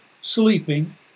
sleeping